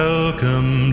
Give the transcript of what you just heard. Welcome